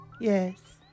yes